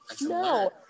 no